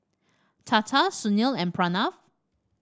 Tata Sunil and Pranav